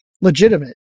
legitimate